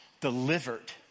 delivered